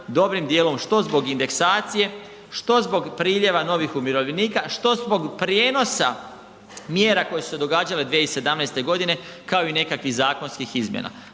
dobrim dijelom što zbog indeksacija, što zbog priljeva novih umirovljenika, što zbog prijenosa mjera koje su se događale 2017. g. kao i nekakvih zakonskih izmjena.